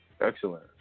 Excellent